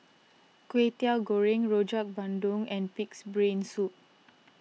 Kway Teow Goreng Rojak Bandung and Pig's Brain Soup